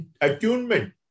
attunement